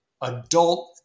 adult